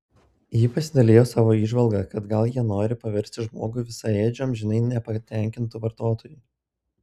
ji pasidalijo savo įžvalga kad gal jie norį paversti žmogų visaėdžiu amžinai nepatenkintu vartotoju